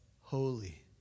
holy